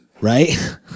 right